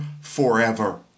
forever